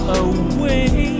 away